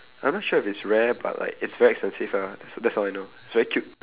I'm not sure if it's rare but like it's very expensive ah that's all I know it's very cute